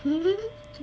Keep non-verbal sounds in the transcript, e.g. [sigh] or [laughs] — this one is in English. [laughs]